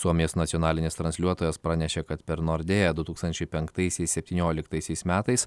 suomijos nacionalinis transliuotojas pranešė kad per nordea du tūkstančiai penktaisiais septynioliktaisiais metais